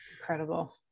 Incredible